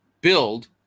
build